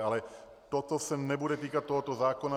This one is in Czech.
Ale toto se nebude týkat tohoto zákona.